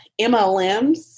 MLMs